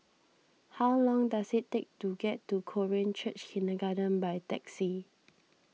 how long does it take to get to Korean Church Kindergarten by taxi